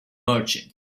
merchant